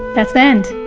that's the end,